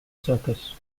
circus